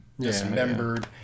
dismembered